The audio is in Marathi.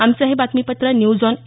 आमचं हे बातमीपत्र न्यूज ऑन ए